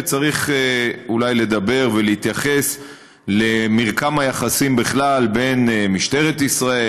וצריך אולי לדבר ולהתייחס למרקם היחסים בכלל בין משטרת ישראל,